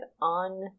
on